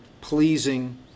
pleasing